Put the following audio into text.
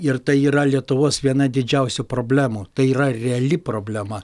ir tai yra lietuvos viena didžiausių problemų tai yra reali problema